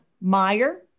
Meyer